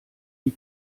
die